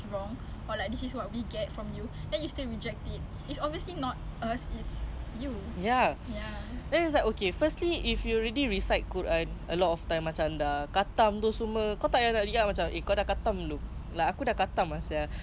I'm like okay you can at least say like macam okay kalau if your friends like haven't khatam and you have already khatam like at least two times three times you can just ajar that person macam okay lah aku tolong kau lah aku bimbing ah apa aku akan jadi your guide lah